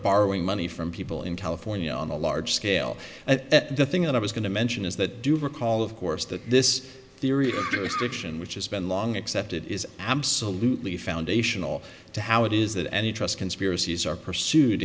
borrowing money from people in california on a large scale and the thing that i was going to mention is that do you recall of course that this the fiction which has been long accepted is absolutely foundational to how it is that any trust conspiracies are pursued